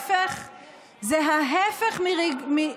חבר הכנסת טיבי,